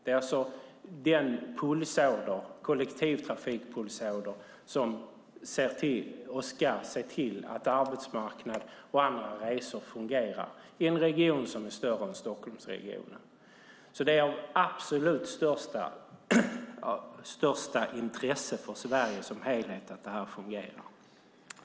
Det är den kollektivtrafikpulsåder som ser till att arbetsresor och andra resor fungerar i en region som är större än Stockholmsregionen. Det är av absolut största intresse för Sverige som helhet att det fungerar.